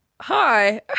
Hi